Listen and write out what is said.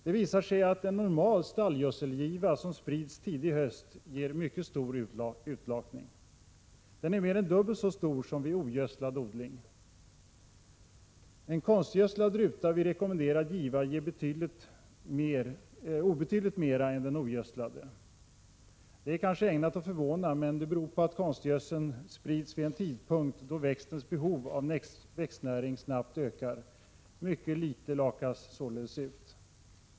Det visar sig att en normal stallgödselgiva som sprids tidig höst ger en mycket stor utlakning. Den är mer än dubbelt så stor som vid ogödslad odling. En konstgödslad ruta vid rekommenderad giva ger obetydligt mer än den ogödslade. Detta är kanske ägnat att förvåna men beror på att konstgödseln sprids vid en tidpunkt då växtens behov av växtnäring snabbt ökar. Mycket litet lakas således ut.